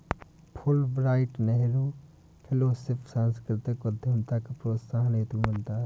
Fulbright Nehru fellowship सांस्कृतिक उद्यमिता के प्रोत्साहन हेतु मिलता है